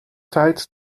tijd